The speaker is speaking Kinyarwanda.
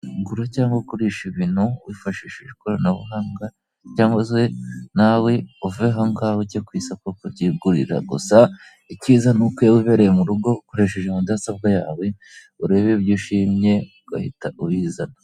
Gura cyangwa ugurishe ibintu wifashishije ikoranabuhanga cyangwa se nawe uve aho ngaho ujye ku isoko kubyigurira, gusa icyiza ni uko iyo wibereye mu rugo ukoresheje mudasobwa yawe, urebe ibyo ushimye ugahita ubizana.